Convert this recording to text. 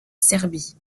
serbie